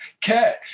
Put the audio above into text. Cat